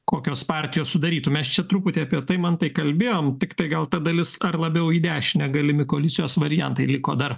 kokios partijos sudarytų mes čia truputį apie tai mantai kalbėjom tiktai gal ta dalis ar labiau į dešinę galimi koalicijos variantai liko dar